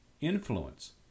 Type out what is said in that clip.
influence